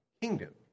kingdom